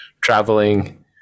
traveling